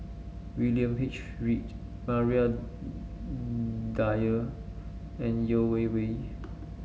William H Read Maria Dyer and Yeo Wei Wei